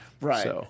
Right